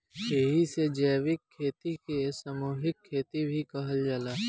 एही से जैविक खेती के सामूहिक खेती भी कहल जाला